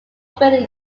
operated